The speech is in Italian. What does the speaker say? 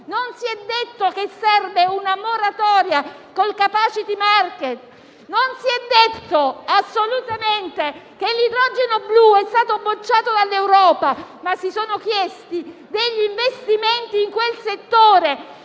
Non si è detto che serve una moratoria con il *capacity market*. Non si è detto assolutamente che l'idrogeno blu è stato bocciato dall'Europa e si sono chiesti degli investimenti in quel settore